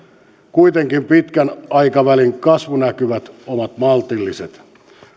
kuitenkin pitkän aikavälin kasvunäkymät ovat maltilliset